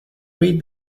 read